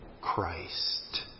Christ